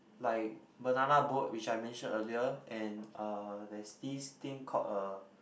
like banana boat which I mentioned earlier and uh there's these things called a